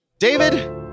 David